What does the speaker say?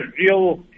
real